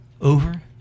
over